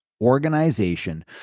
organization